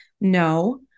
no